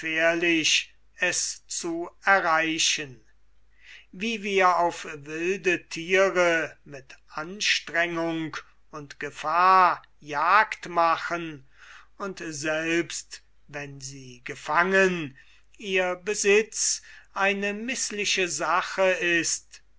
es zu erreichen wie wir auf wilde thiere mit anstrengung und gefahr jagd machen und selbst wenn sie gefangen ihr besitz eine mißliche sache ist